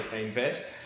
invest